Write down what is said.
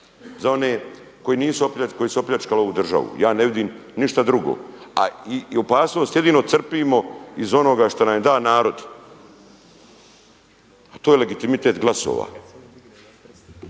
za one koji su opljačkali ovu državu, ja ne vidim ništa drugo. A i opasnost jedino crpimo iz onoga što nam je dao narod a to je legitimitet glasova.